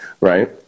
right